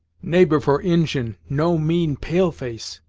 neighbor, for injin, no mean pale-face,